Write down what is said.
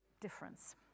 difference